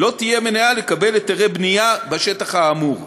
לא תהיה מניעה לקבל היתרי בנייה בשטח האמור.